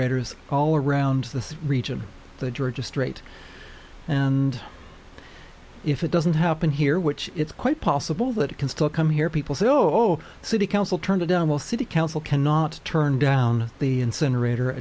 ors all around the region the georgia straight and if it doesn't happen here which it's quite possible that it can still come here people say oh city council turned it down will city council cannot turn down the incinerator